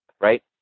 right